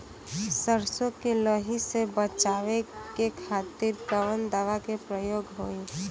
सरसो के लही से बचावे के खातिर कवन दवा के प्रयोग होई?